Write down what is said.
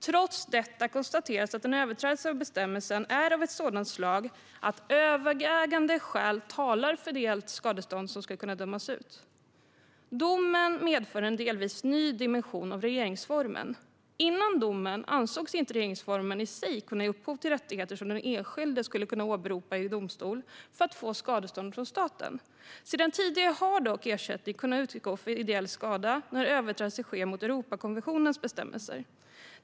Trots detta konstateras att en överträdelse av bestämmelsen är av sådant slag att övervägande skäl talar för att ideellt skadestånd ska kunna dömas ut. Domen medför en delvis ny dimension av regeringsformen. Före domen ansågs inte regeringsformen i sig kunna ge upphov till rättigheter som den enskilde skulle kunna åberopa i domstol för att få skadestånd från staten. Sedan tidigare har dock ersättning kunnat utgå för ideell skada när överträdelser sker mot Europakonventionens bestämmelser.